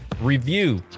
review